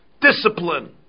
discipline